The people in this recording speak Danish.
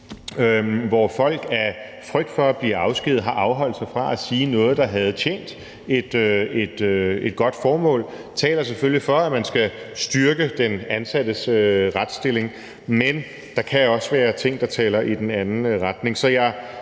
hvor folk af frygt for at blive afskediget har afholdt sig fra at sige noget, der havde tjent et godt formål, taler selvfølgelig for, at man skal styrke den ansattes retsstilling. Men der kan også være ting, der taler i den anden retning.